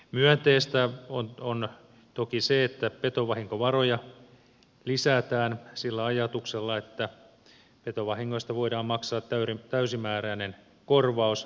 myönteistä on toki se että petovahinkovaroja lisätään sillä ajatuksella että petovahingoista voidaan maksaa täysimääräinen korvaus